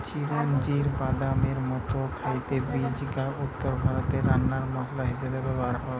চিরোঞ্জির বাদামের মতো খাইতে বীজ গা উত্তরভারতে রান্নার মসলা হিসাবে ব্যভার হয়